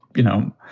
you know,